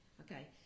Okay